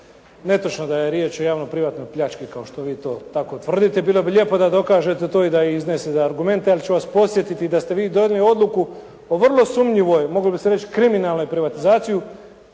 netočno je da je riječ o javno-privatnoj pljački kao što vi to tako tvrdite. Bilo bi lijepo da dokažete to i da iznesete argumente, ali ću vas podsjetiti da ste vi donijeli odluku o vrlo sumnjivoj, moglo bi se reći kriminalnoj privatizaciji